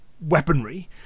weaponry